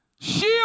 Shield